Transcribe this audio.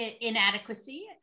inadequacy